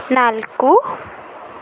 ನಾಲ್ಕು